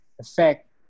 effect